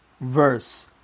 verse